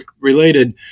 related